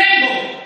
כן, אולי.